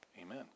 amen